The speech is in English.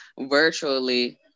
virtually